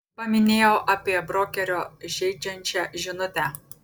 paminėjau apie brokerio žeidžiančią žinutę